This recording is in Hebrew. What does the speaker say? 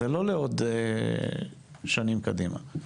זה לא לעוד שנים קדימה.